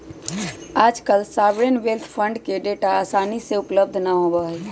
आजकल sovereign wealth fund के data आसानी से उपलब्ध ना होबा हई